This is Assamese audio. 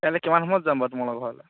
এনেই কিমান সময়ত যাম বাৰু তোমালোকৰ ঘৰলৈ